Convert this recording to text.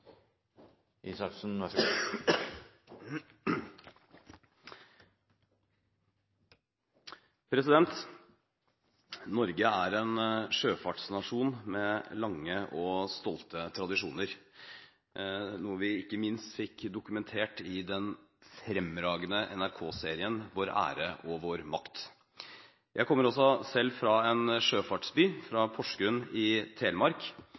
stolte tradisjoner, noe vi ikke minst fikk dokumentert i den fremragende NRK-serien «Vår ære og vår makt». Jeg kommer også selv fra en sjøfartsby, fra Porsgrunn i Telemark,